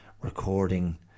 recording